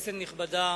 כנסת נכבדה,